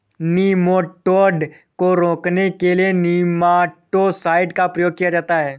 nematode को रोकने के लिए नेमाटो साइड का प्रयोग किया जाता है